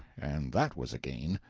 and that was a gain.